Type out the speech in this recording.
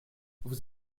vous